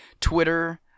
Twitter